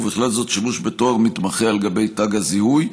ובכלל זאת שימוש בתואר "מתמחה" על גבי תג הזיהוי.